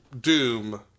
doom